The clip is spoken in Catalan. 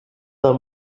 del